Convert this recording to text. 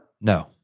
No